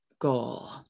goal